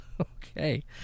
Okay